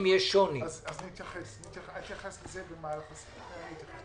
אתייחס לזה במהלך הסקירה.